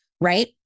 right